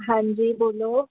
ਹਾਂਜੀ ਬੋਲੋ